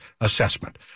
assessment